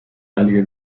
einige